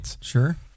Sure